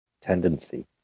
tendency